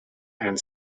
and